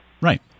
Right